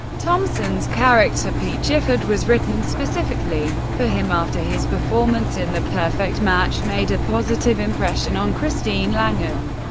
thomson's character pete gifford was written specifically for him after his performance in the perfect match made a positive impression on christine langan.